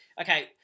okay